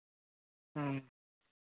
ᱦᱮᱸ